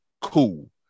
cool